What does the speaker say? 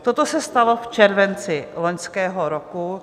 Toto se stalo v červenci loňského roku.